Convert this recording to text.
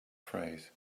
phrase